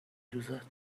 دوزد